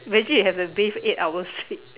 imagine if you have to bathe eight hours straight